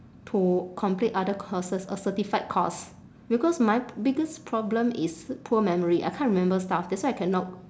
to complete other courses a certified course because my biggest problem is poor memory I can't remember stuff that's why I cannot